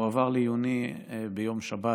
הוא עבר לעיוני ביום שבת,